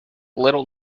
little